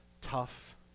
tough